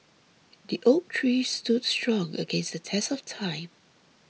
the oak tree stood strong against the test of time